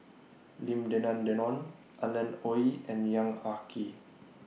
Lim Denan Denon Alan Oei and Yong Ah Kee